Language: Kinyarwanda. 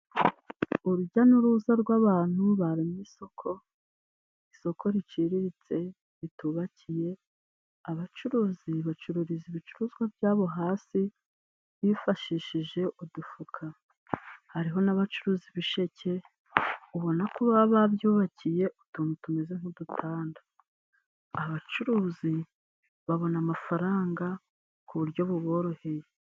Urujya n'uruza rw'abantu baremye isoko. Isoko riciriritse ritubakiye. Abacuruzi bacururiza ibicuruzwa byabo hasi bifashishije udufuka. Hariho n'abacuruza ibisheke ubona ko baba babyubakiye utuntu tumeze nk'udutanda. Abacuruzi babona amafaranga ku buryo buboroheye.